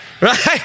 Right